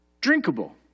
drinkable